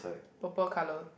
purple colour